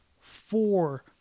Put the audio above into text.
four